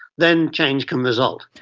then change can result.